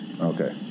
Okay